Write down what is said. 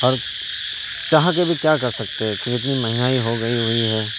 اور چاہ کے بھی کیا کر سکتے ہیں کیونکہ اتنی مہنگائی ہو گئی ہوئی ہے